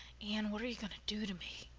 anne, what are you going to do to me?